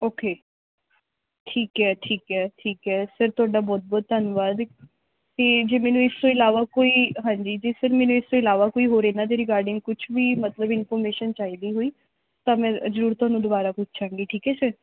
okay ਠੀਕ ਹੈ ਠੀਕ ਹੈ ਠੀਕ ਹੈ ਸਰ ਤੁਹਾਡਾ ਬਹੁਤ ਬਹੁਤ ਧੰਨਵਾਦ ਅਤੇ ਜੇ ਮੈਨੂੰ ਇਸ ਤੋਂ ਇਲਾਵਾ ਕੋਈ ਹਾਂਜੀ ਜੇ ਸਰ ਮੈਨੂੰ ਇਸ ਤੋਂ ਇਲਾਵਾ ਕੋਈ ਹੋਰ ਇਹਨਾਂ ਦੇ ਰਿਗਾਰਡਿੰਗ ਕੁਛ ਵੀ ਮਤਲਬ ਇਨਫੋਰਮੇਸ਼ਨ ਚਾਹੀਦੀ ਹੋਈ ਤਾਂ ਮੈਂ ਜ਼ਰੂਰ ਤੁਹਾਨੂੰ ਦੁਬਾਰਾ ਪੁੱਛਾਂਗੀ ਠੀਕ ਹੈ ਸਰ